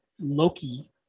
Loki